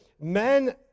men